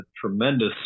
tremendous